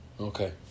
Okay